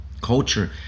culture